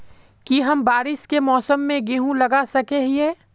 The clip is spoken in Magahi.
की हम बारिश के मौसम में गेंहू लगा सके हिए?